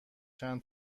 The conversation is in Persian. چند